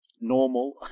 normal